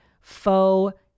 faux